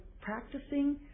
practicing